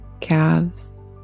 calves